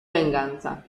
venganza